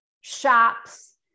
shops